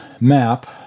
map